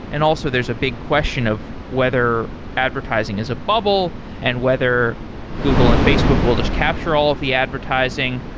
and also there's a big question of whether advertising advertising is a bubble and whether google and facebook will just capture all of the advertising,